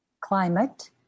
climate